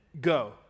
go